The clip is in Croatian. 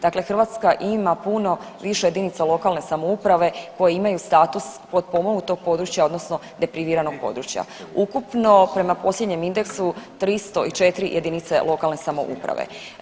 Dakle, Hrvatska ima puno više jedinica lokalne samouprave koje imaju status potpomognutog područja odnosno depriviranog područja, ukupno prema posljednjem indeksu 304 jedinice lokalne samouprave.